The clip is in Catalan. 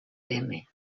témer